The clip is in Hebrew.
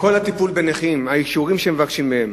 כל הטיפול בנכים, האישורים שמבקשים מהם,